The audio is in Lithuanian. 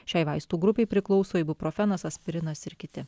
šiai vaistų grupei priklauso ibuprofenas aspirinas ir kiti